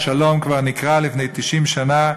השלום כבר נקרא לפני 90 שנה,